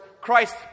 Christ